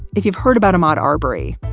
if you've heard about him out, harbury,